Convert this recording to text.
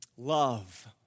Love